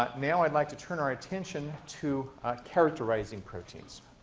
but now i'd like to turn our attention to characterizing proteins.